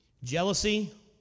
Jealousy